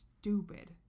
stupid